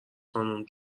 خانوم